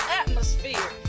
atmosphere